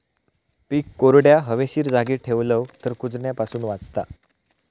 पीक कोरड्या, हवेशीर जागी ठेवलव तर कुजण्यापासून वाचता